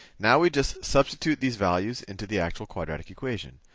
now we just substitute these values into the actual quadratic equation.